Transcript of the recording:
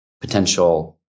potential